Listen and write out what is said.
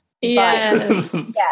Yes